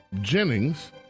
Jennings